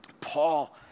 Paul